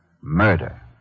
murder